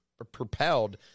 Propelled